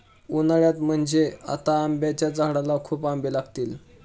उन्हाळ्यात म्हणजे आता आंब्याच्या झाडाला खूप आंबे लागतील